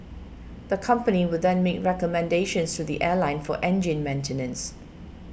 the company would then make recommendations to the airline for engine maintenance